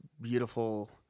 beautiful